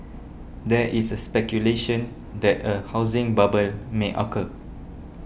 there is a speculation that a housing bubble may occur